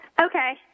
Okay